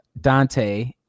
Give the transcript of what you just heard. Dante